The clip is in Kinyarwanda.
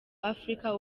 africa